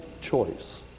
choice